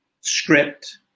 script